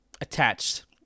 attached